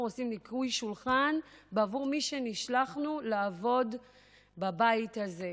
עושים ניקוי שולחן בעבור מי שנשלחנו לעבוד בבית הזה.